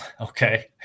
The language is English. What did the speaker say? Okay